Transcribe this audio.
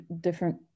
different